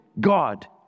God